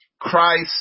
Christ